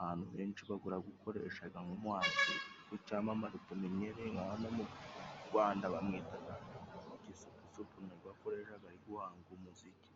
Abantu benshi baragukoreshaga, nk'umuhanzi w'icamamare tumenyereye nka hano mu Rwanda bamwitaga Gisupusupu ni go akoreshaga ari guhanga umuziki.